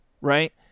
Right